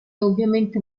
ovviamente